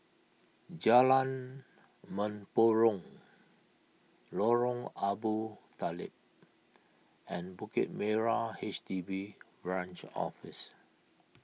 Jalan Mempurong Lorong Abu Talib and Bukit Merah H D B Branch Office